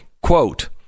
quote